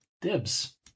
Dibs